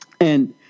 and-